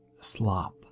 slop